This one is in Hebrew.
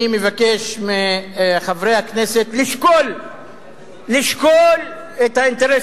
אני מבקש מחברי הכנסת לשקול את האינטרס